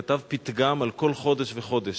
כתב פתגם על כל חודש וחודש,